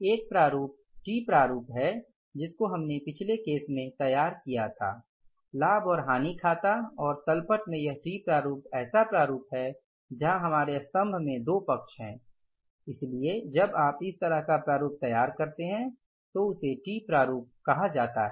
एक प्रारूप T प्रारूप है जिस को हमने पिछले केस में तैयार किया था लाभ और हानि खाता और तल पट में यह टी प्रारूप ऐसा प्रारूप है जहां हमारे स्तम्भ में दो पक्ष हैं इसलिए जब आप इस तरह का प्रारूप तैयार करते हैंतो उसे T प्रारूप कहा जाता है